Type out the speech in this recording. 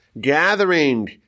gathering